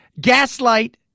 gaslight